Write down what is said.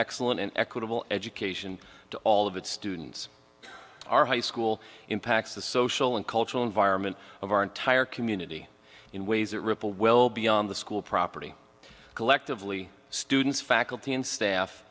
excellent and equitable education to all of its students are high school impacts the social and cultural environment of our entire community in it ripple well beyond the school property collectively students faculty and staff